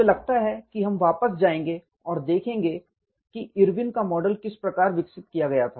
मुझे लगता है कि हम वापस जाएंगे और फिर देखेंगे कि इरविन का मॉडल किस प्रकार विकसित किया गया था